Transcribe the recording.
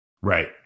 Right